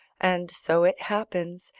and so it happens,